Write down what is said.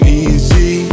easy